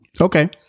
Okay